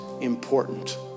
important